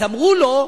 אז אמרו לו: